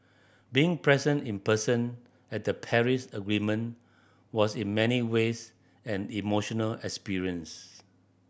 being present in person at the Paris Agreement was in many ways an emotional experience